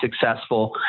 successful